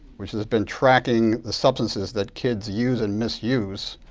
which has been tracking the substances that kids use and misuse,